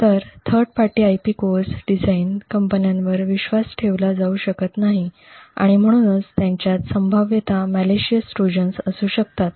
या third party IP cores design कंपन्यांवर विश्वास ठेवला जाऊ शकत नाही आणि म्हणूनच त्यांच्यात संभाव्यत मॅलिशिअसं ट्रोजन्स असू शकतात